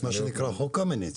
מה שנקרא חוק קמיניץ.